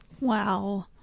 Wow